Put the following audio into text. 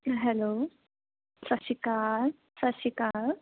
hello ਸਤਿ ਸ਼੍ਰੀ ਅਕਾਲ ਸਤਿ ਸ਼੍ਰੀ ਅਕਾਲ